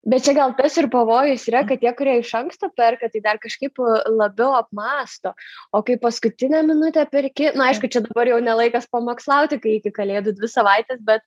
bet čia gal tas ir pavojus yra kad tie kurie iš anksto perka tai dar kažkaip labiau apmąsto o kai paskutinę minutę perki na aišku čia dabar jau ne laikas pamokslauti kai iki kalėdų dvi savaitės bet